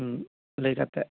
ᱞᱟᱹᱭ ᱠᱟᱛᱮᱜ